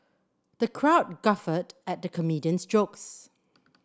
the crowd guffawed at the comedian's jokes